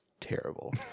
terrible